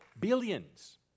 billions